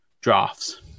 drafts